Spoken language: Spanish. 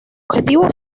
objetivo